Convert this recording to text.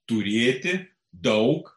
turėti daug